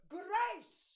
grace